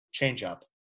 Changeup